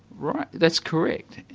right, that's correct.